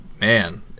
man